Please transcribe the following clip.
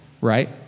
right